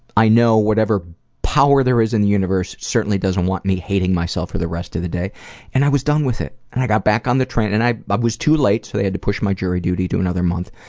i know whatever power there is in the universe certainly doesn't want me hating myself for the rest of the day and i was done with it. and i got back on the train and i but was too late so they had to push my jury duty to another month.